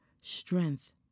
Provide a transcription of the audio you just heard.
strength